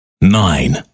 nine